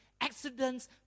accidents